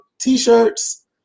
t-shirts